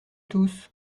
tous